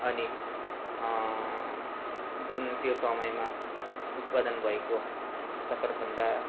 अनि जुन त्यो समयमा उत्पादन भएको सकरकन्दा